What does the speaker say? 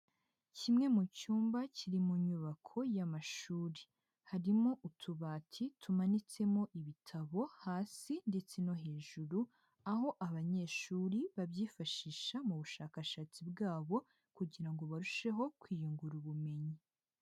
Kimwe mu cyumba kiri mu nyubako y'amashuri, harimo utubati tumanitsemo ibitabo hasi ndetse no hejuru, aho abanyeshuri babyifashisha mu bushakashatsi bwabo kugira ngo barusheho kwiyungura ubumenyi.